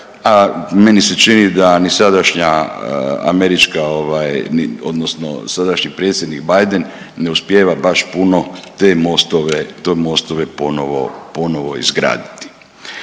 Meni se čini da ni sadašnja američka, odnosno sadašnji predsjednik Biden ne uspijeva baš puno te mostove ponovo izgraditi.